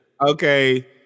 Okay